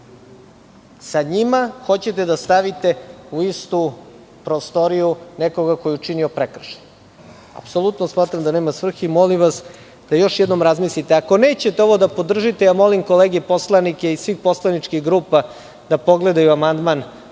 Sa njima hoćete da stavite u istu prostoriju nekoga ko je učinio prekršaj. Apsolutno smatram da nema svrhe i molim vas da još jednom razmislite. Ako nećete ovo da podržite, molim kolege poslanike iz svih poslaničkih grupa da pogledaju amandman